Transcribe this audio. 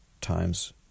times